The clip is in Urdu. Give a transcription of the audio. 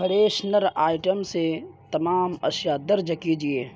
فریشنر آئٹم سے تمام اشیاء درج کیجیے